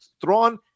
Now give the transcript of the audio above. Thrawn